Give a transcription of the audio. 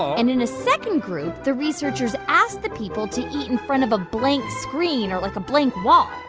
and in a second group, the researchers asked the people to eat in front of a blank screen or, like, a blank wall.